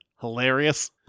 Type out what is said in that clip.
Hilarious